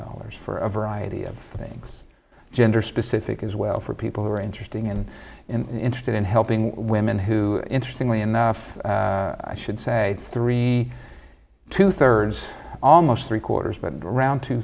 dollars for a variety of things gender specific as well for people who are interesting and interested in helping women who interesting lee enough i should say three two thirds almost three quarters but around t